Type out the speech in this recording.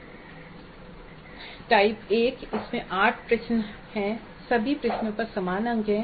type 1 इसमें 8 प्रश्न हैं सभी प्रश्नों पर समान अंक हैं